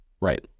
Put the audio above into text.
Right